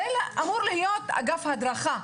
זה אמור להיות אגף הדרכה,